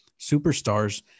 superstars